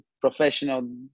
professional